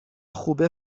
خوبه